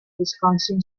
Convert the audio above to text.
wisconsin